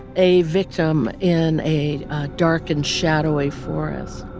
a victim in a dark and shadowy forest,